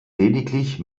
lediglich